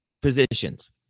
positions